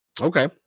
Okay